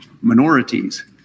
minorities